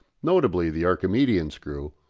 notably the archimedean screw,